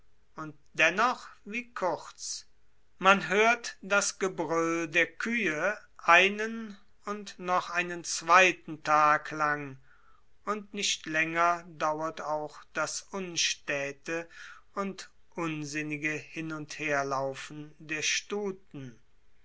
und dennoch wie kurz man hört das gebrüll der kühne einen und noch einen zweiten tag lang und nicht länger dauert auch das unstäte und unsinnige hin und herlaufen der stuten